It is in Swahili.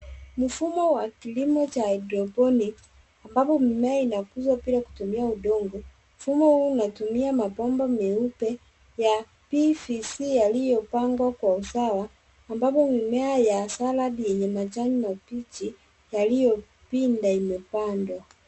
Mfumo wa kilimo cha hydrophonics , ambapo mimea inakuzwa bila kutumia udongo. Mfumo huu unatumia mabomba meupe ya PVC yaliyopangwa kwa usawa, ambapo mimea ya saladi yenye majani mabichi yaliyopinda imepandwa.